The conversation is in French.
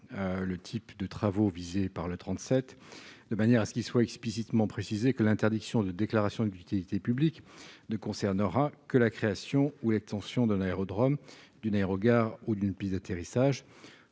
le type de travaux visés par cet article, afin d'indiquer explicitement que l'interdiction de déclaration d'utilité publique, ou DUP, ne concernera que la création ou l'extension d'un aérodrome, d'une aérogare ou d'une piste d'atterrissage.